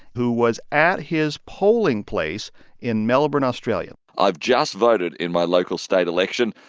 who was at his polling place in melbourne, australia i've just voted in my local state election,